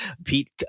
Pete